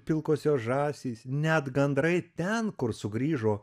pilkosios žąsys net gandrai ten kur sugrįžo